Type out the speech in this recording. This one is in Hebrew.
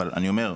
אבל אני אומר,